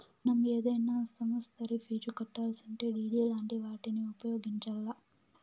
మనం ఏదైనా సమస్తరి ఫీజు కట్టాలిసుంటే డిడి లాంటి వాటిని ఉపయోగించాల్ల